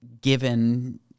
given